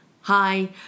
Hi